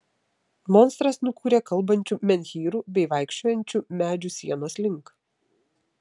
monstras nukūrė kalbančių menhyrų bei vaikščiojančių medžių sienos link